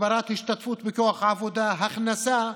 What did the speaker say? הגברת ההשתתפות בכוח העבודה, הכנסה,